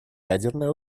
ядерная